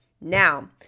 Now